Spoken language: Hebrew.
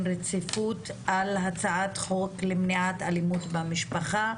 רציפות על הצעת חוק למניעת אלימות במשפחה,